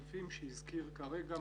הסעיפים שהזכיר מנכ"ל רשות האוכלוסין.